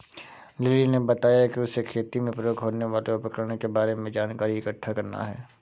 lily ने बताया कि उसे खेती में प्रयोग होने वाले उपकरण के बारे में जानकारी इकट्ठा करना है